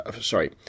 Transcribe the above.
Sorry